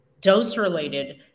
dose-related